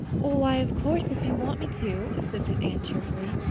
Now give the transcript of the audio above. why, of course, if you want me to, assented anne cheerfully.